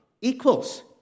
equals